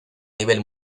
nivel